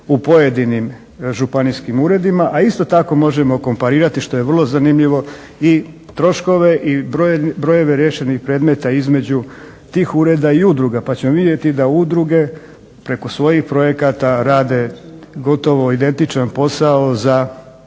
u pojedinim županijskim uredima, a isto tako možemo komparirati što je vrlo zanimljivo i troškove i brojeve riješenih predmeta između tih ureda i udruga, pa ćemo vidjeti da udruge preko svojih projekata rade gotovo identičan posao za